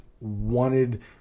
wanted